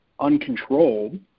uncontrolled